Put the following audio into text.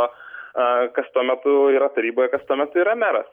a kas tuo metu yra taryboj kas tuomet yra meras